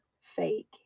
fake